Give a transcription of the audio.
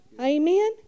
Amen